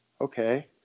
Okay